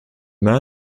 man